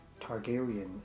Targaryen